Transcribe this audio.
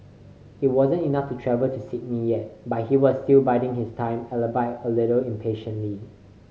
it wasn't enough to travel to Sydney yet but he was still biding his time albeit a little impatiently